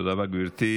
תודה רבה, גברתי.